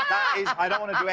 i don't want to